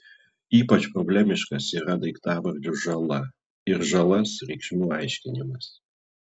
ypač problemiškas yra daiktavardžių žala ir žalas reikšmių aiškinimas